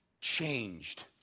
changed